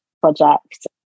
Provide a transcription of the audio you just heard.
project